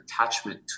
attachment